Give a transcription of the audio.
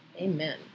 Amen